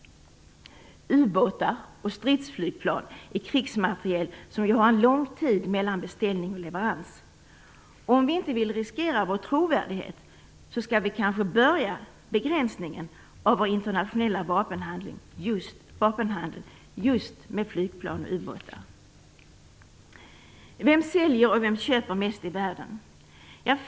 Ubåtar och stridsflygplan är krigsmateriel som ju har lång tid mellan beställning och leverans. Om vi inte vill riskera vår trovärdighet skall vi kanske börja begränsningen av vår internationella vapenhandel med just flygplan och ubåtar. Vem säljer och vem köper mest i världen?